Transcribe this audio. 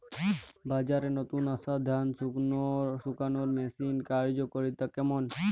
বাজারে নতুন আসা ধান শুকনোর মেশিনের কার্যকারিতা কেমন?